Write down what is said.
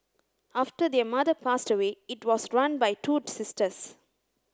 after their mother passed away it was run by two sisters